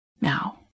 Now